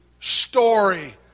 story